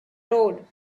road